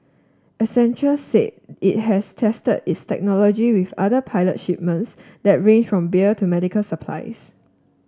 Accenture said it has tested its technology with other pilot shipments that range from beer to medical supplies